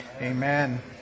Amen